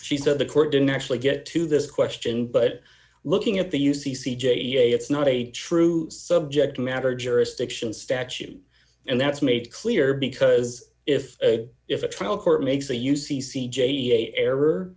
she said the court didn't actually get to this question but looking at the u c c j a it's not a true subject matter jurisdiction statute and that's made clear because if if a trial court makes a u c c j a error